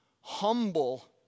humble